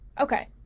okay